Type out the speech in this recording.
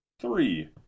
Three